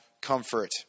comfort